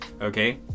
Okay